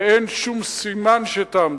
ואין שום סימן שתעמדו.